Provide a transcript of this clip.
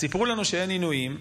אז סיפרו לנו שאין עינויים.